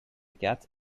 cats